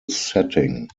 setting